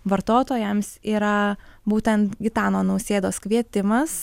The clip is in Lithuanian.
vartotojams yra būtent gitano nausėdos kvietimas